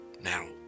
Now